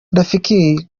rafiki